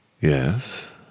Yes